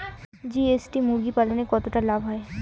GST মুরগি পালনে কতটা লাভ হয়?